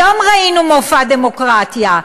היום ראינו מופע דמוקרטיה.